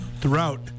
throughout